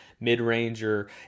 mid-ranger